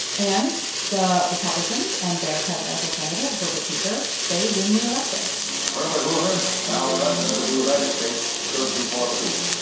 and the republicans and their presidential candidate, herbert hoover, they win the election herbert hoover, now president of the united states, stood before the people.